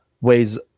ways